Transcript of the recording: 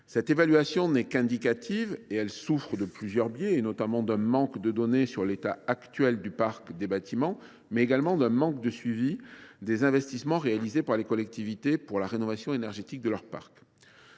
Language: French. Cette évaluation n’est qu’indicative. Elle souffre non seulement d’un manque de données sur l’état actuel du parc des bâtiments, mais également d’un manque de suivi des investissements réalisés par les collectivités pour la rénovation énergétique de leur parc.